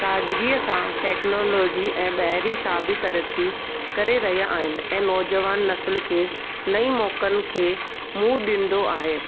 ताज़िगीअ सां टेक्नोलॉजी ऐं ॿाहिरीं शाबी तरक़ी करे रहिया आहिनि ऐं नौजवान नसिल खे नईं मौक़नि खे मुंहं ॾींदो आहे